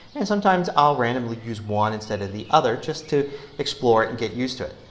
and sometimes i'll randomly use one instead of the other just to explore it and get used to it.